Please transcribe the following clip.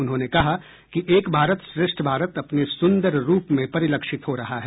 उन्होंने कहा कि एक भारत श्रेष्ठ भारत अपने सुन्दर रूप में परिलक्षित हो रहा है